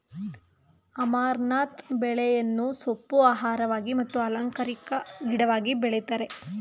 amaranth ಬೆಳೆಯನ್ನು ಸೊಪ್ಪು, ಆಹಾರವಾಗಿ ಮತ್ತು ಅಲಂಕಾರಿಕ ಗಿಡವಾಗಿ ಬೆಳಿತರೆ